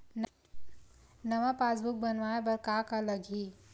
नवा पासबुक बनवाय बर का का लगही?